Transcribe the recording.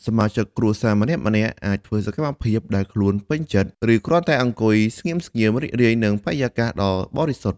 សមាជិកគ្រួសារម្នាក់ៗអាចធ្វើសកម្មភាពដែលខ្លួនពេញចិត្ត ឬគ្រាន់តែអង្គុយស្ងៀមៗរីករាយនឹងបរិយាកាសដ៏បរិសុទ្ធ។